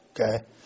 Okay